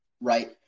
right